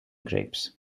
grapes